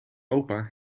opa